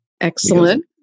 Excellent